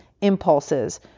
impulses